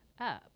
up